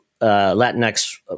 Latinx